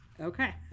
okay